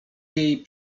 jej